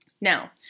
Now